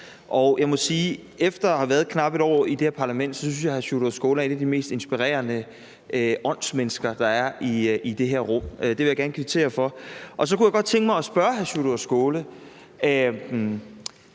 og jeg må sige, at jeg, efter at have været knap et år i det her parlament, synes, at hr. Sjúrður Skaale er en af de mest inspirerende åndsmennesker, der er i det her rum, og det vil jeg gerne kvittere for. Så kunne jeg godt tænke mig at spørge hr. Sjúrður Skaale,